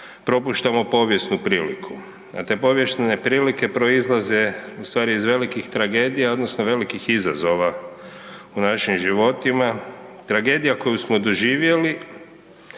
propuštamo povijesnu priliku. A te povijesne prilike proizlaze u stvari iz velikih tragedija odnosno velikih izazova u našim životima. Tragedija koju smo doživjeli,